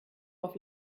auf